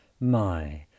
My